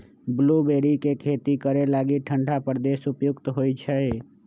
blueberry के खेती करे लागी ठण्डा प्रदेश उपयुक्त होइ छै